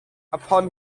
upon